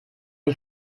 die